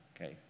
Okay